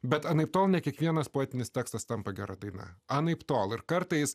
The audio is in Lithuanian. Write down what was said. bet anaiptol ne kiekvienas poetinis tekstas tampa gera daina anaiptol ir kartais